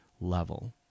level